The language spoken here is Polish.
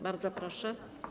Bardzo proszę.